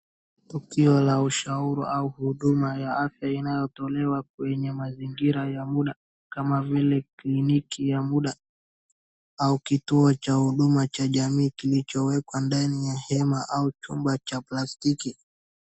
Tukio la ushauri au huduma ya afya inayotolewa kwenye mazingira ya muda kama vile kliniki ya muda au kituo cha huduma cha jamii kilicho wekwa ndani ya hema au chumba cha plastiki.